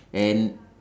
and